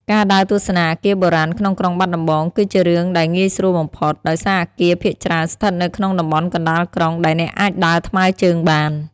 ការដើរទស្សនាអគារបុរាណក្នុងក្រុងបាត់ដំបង គឺជារឿងដែលងាយស្រួលបំផុត ដោយសារអគារភាគច្រើនស្ថិតនៅក្នុងតំបន់កណ្តាលក្រុងដែលអ្នកអាចដើរថ្មើរជើងបាន។